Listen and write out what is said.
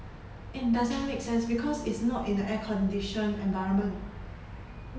and doesn't make sense because it's not in the air conditioned environment